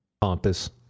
Pompous